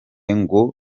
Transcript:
ngo